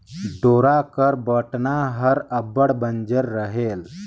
डोरा कर बटना हर अब्बड़ बंजर रहेल